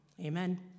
Amen